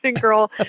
girl